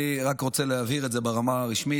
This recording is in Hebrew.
אני רק רוצה להבהיר את זה ברמה הרשמית,